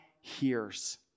hears